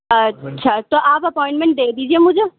اچھا تو آپ اپوائنمینٹ دے دیجئے مجھے